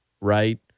right